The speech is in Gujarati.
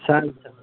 સારું સારું